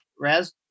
Raz